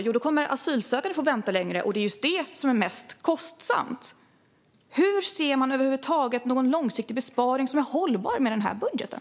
Jo, då kommer asylsökande att få vänta längre, och det är just det som är mest kostsamt. Hur ser man över huvud taget någon långsiktig besparing som är hållbar med den här budgeten?